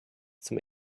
zum